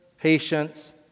patience